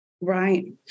Right